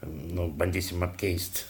nu bandysim apkeisti